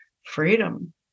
freedom